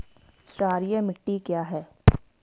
क्षारीय मिट्टी क्या है?